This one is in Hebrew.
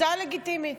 הצעה לגיטימית?